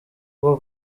ubwo